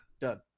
done